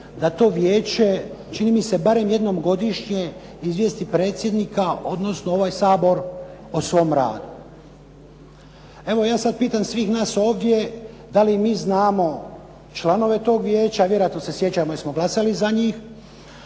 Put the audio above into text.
da to vijeće, čini mi se barem jednom godišnje izvijesti predsjednika, odnosno ovaj Sabor o svom radu. Evo ja sada pitam svih nas ovdje da li mi znamo članove toga vijeća, a vjerojatno se sjećamo jer smo glasali za njih,